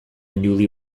newly